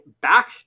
back